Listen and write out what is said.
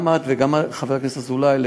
גם את וגם חבר הכנסת אזולאי,